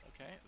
okay